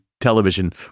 television